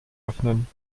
öffnen